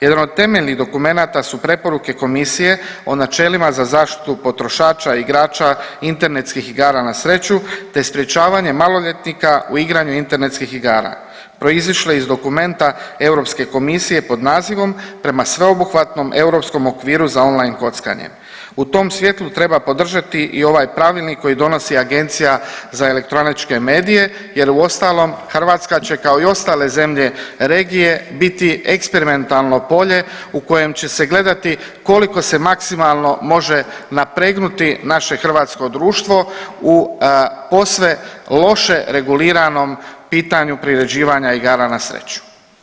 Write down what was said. Jedan od temeljnih dokumenata su preporuke Komisije o načelima za zaštitu potrošača igrača internetskih igara na sreću te sprečavanje maloljetnika u igranju internetskih igara proizišle iz dokumenta Europske komisije pod nazivom „Prema sveobuhvatnom europskom okviru za on line kockanje“, u tom svjetlu treba podržati i ovaj pravilnik koji donosi Agencija za elektroničke medije jer uostalom Hrvatska će kao i ostale zemlje regije biti eksperimentalno polje u kojem će se gledati koliko se maksimalno može napregnuti naše hrvatsko društvo u posve loše reguliranom pitanju priređivanja igara na sreću.